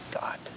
God